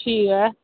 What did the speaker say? ठीक ऐ